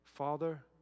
Father